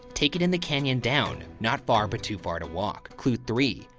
take it in the canyon down, not far, but too far to walk. clue three,